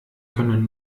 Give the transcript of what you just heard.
können